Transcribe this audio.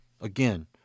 Again